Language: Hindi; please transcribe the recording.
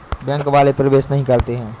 बैंक वाले प्रवेश नहीं करते हैं?